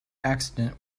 accident